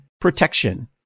protection